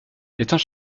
étant